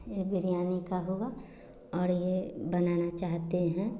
यह बिरयानी का हुआ और यह बनाना चाहते हैं